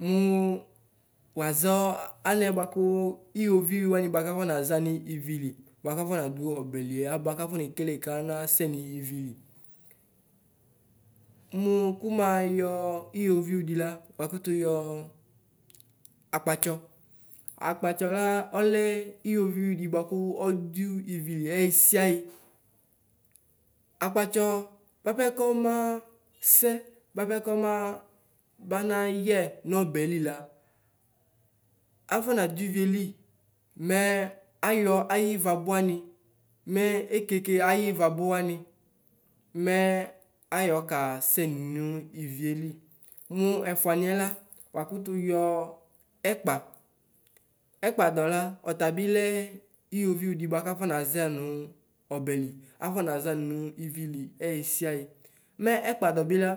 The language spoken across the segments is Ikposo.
Mʋ waʒɔ alɛ bʋabʋ ɩwovɩʋ wanɩ bʋakʋ afɔ naʒa nʋ ivili bʋakʋ afɔnadʋ ɔbɛlɩ anɛ bʋakʋ anekele kanasɛ nʋ ivili mʋ kʋmayɔ ɩwivɩʋ dɩ la wakʋtʋ yɔ akpatsɔ Akpatsɔ la ɔlɛ ɩwovɩʋ dɩ bʋakʋ ɔdʋ ivili ɛyɩ sɩayɩ akpatsɔ bʋapɛ kɔmasɛ bʋapɛ kɔmabanayɛ nɔbɛlɩ la afɔ nadʋ ivieli mɛ ayɔ ayɩvabʋ wanɩ mɛ ekeke ayɩvabʋ wanɩ mɛvayɔ kasɛ nʋ ivieli mʋ ɛfʋanɩɛ la wakʋtʋ yɔ ɛkpa Ɛkpadɔ la ɔtabɩ lɛ ɩwovɩʋ dɩ bʋakafɔ naʒɔ nʋ ɔbɛlɩ afɔ naʒa nʋ ivili ɛyɩsɩayɩ mɛ ɛkpadɔ la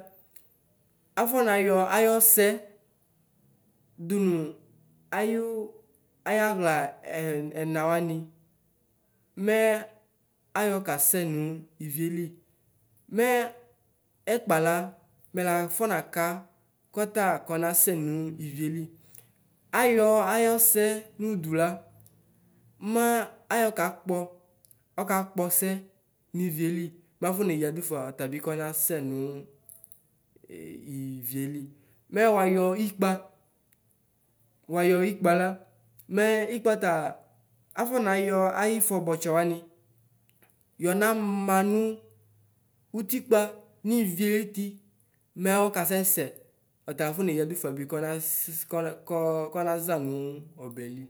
lafɔna yɔʋayɔsɛ dʋnʋ ayʋ ayaɣla ɛna wanɩ mɛ ayɔ kasɛ nʋvivieli mɛ ɛkpa la mɛla afɔ naka kɔta kɔnasɛ nʋ ivieli ayɔ ayɔsɛ nʋdʋ la mayɔ kakpɔ ɔkpɔ ɔsɛ nivieli mafɔ neyadʋ fz ɔtabɩ kɔnasɛ nʋ ivieli mɛ wayɔ ikpǝ mʋ wayɔ ikpǝ la mɛ ɩkpǝ ta afɔnayɔ ayɩ ɩfɔbɔtsɛ wanɩ yɔnama nʋ ʋtɩkpa nivi ayʋtɩ mɛ ɔka sɛsɛ ɔtala fɔ neyadʋ fa bɩ kɔnass kasɛ kanaʒa nʋ ɔbɛlɩ.